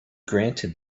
granted